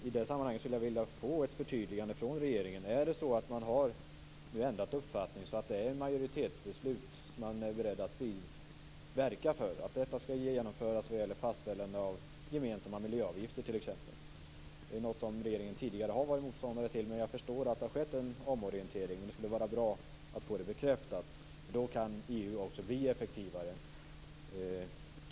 I det sammanhanget skulle jag vilja ha ett förtydligande från regeringen: Har man ändrat uppfattning så att det finns ett majoritetsbeslut som innebär att man är beredd att verka för t.ex. fastställande av miljöavgifter? Detta är något som regeringen tidigare har varit motståndare till, men jag förstår att det har skett en omorientering. Det skulle vara bra att få detta bekräftat. Då kan EU också bli effektivare.